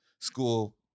school